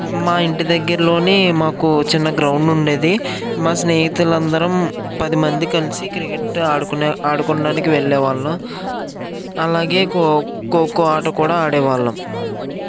మా ఇంటి దగ్గరలోని మాకు చిన్న గ్రౌండ్ ఉండేది మా స్నేహితులందరం పదిమంది కలిసి క్రికెట్ ఆడుకునే ఆడుకొనడానికి వెళ్ళే వాళ్ళం అలాగే కో ఖోఖో ఆట కూడా ఆడేవాళ్ళం